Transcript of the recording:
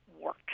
work